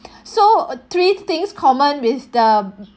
so three things common with the